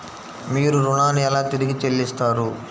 మీరు ఋణాన్ని ఎలా తిరిగి చెల్లిస్తారు?